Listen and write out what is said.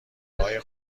های